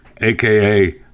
aka